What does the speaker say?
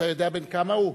אתה יודע בן כמה הוא?